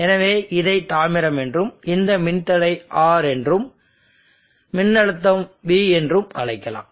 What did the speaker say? எனவே இதை தாமிரம் என்றும் இந்த மின்தடை R என்றும் மற்றும் மின்னழுத்தம் V என்றும் அழைக்கலாம்